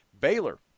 baylor